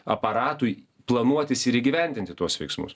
aparatui planuotis ir įgyvendinti tuos veiksmus